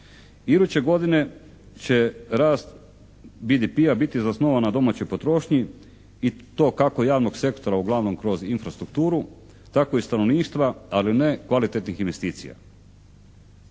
Iduće godine će rast BDP-a biti zasnovan na domaćoj potrošnji i to kako javnog sektora uglavnom kroz infrastrukturu tako i stanovništva, ali ne kvalitetnih investicija.